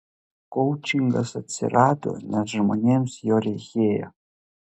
koučingas atsirado nes žmonėms jo reikėjo